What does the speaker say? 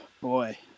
Boy